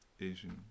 Asian